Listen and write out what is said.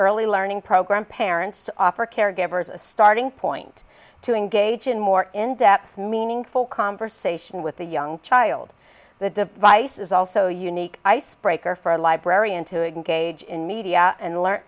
early learning program parents to offer caregivers a starting point to engage in more in depth meaningful conversation with the young child the device is also unique icebreaker for a librarian to a gauge in media and learn